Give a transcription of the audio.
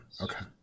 Okay